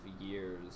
years